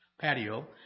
patio